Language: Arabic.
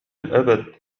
الأبد